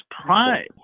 pride